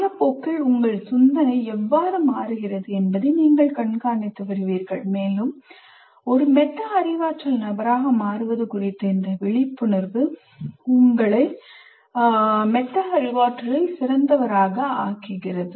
காலப்போக்கில் உங்கள் சிந்தனை எவ்வாறு மாறுகிறது என்பதை நீங்கள் கண்காணித்து வருவீர்கள் மேலும் இந்த விழிப்புணர்வு ஒரு மெட்டா அறிவாற்றல் நபராக உங்களை ஆக்குகிறது